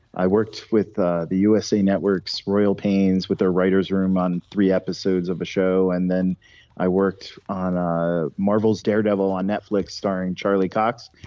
i worked with the the usa network's royal pains with their writers' room on three episodes of a show and then i worked on ah marvel's daredevil on netflix starring charlie cox,